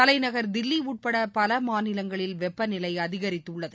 தலைநகர் தில்லி உட்பட பல மாநிலங்களில் வெப்பநிலை அதிகரித்துள்ளது